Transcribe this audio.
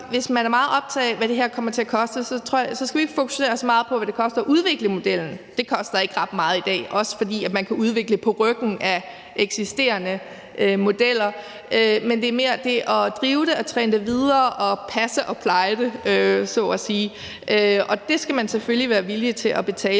hvis man er meget optaget af, hvad det her kommer til at koste, skal man ikke fokusere så meget på, hvad det koster at udvikle modellen – det koster ikke ret meget i dag, også fordi man kan udvikle på ryggen af eksisterende modeller – men det er mere det at drive det og træne det videre og passe og pleje det så at sige. Og det skal man selvfølgelig være villig til at betale.